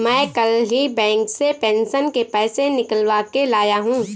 मैं कल ही बैंक से पेंशन के पैसे निकलवा के लाया हूँ